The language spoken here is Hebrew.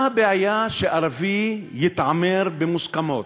מה הבעיה שערבי יתעמר במוסכמות?